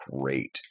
great